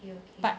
but